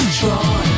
try